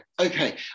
okay